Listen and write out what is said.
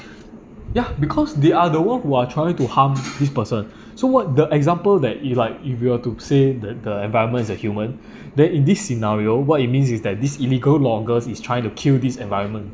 ya because they are the one who are trying to harm this person so what the example that it like if you were to say the the environment is a human then in this scenario what it means is that these illegal loggers is try to kill this environment